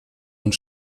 und